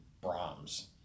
Brahms